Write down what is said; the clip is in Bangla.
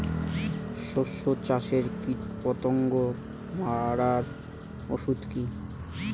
শসা চাষে কীটপতঙ্গ মারার ওষুধ কি?